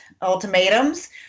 ultimatums